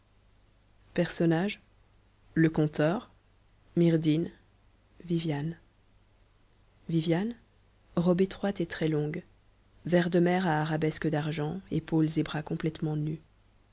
le conteur myrdhinn viviane mtm robe étroite et très longue vert de mer à arabesques d'ar gent épaules et bras complètement nus